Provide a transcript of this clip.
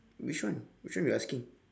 which one which one you asking